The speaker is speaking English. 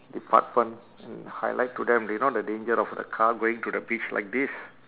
department and highlight to them do you know the danger of the car going to the beach like this